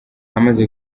hamaze